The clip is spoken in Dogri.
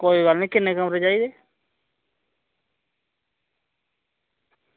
कोई गल्ल निं किन्ने कमरे चाहिदे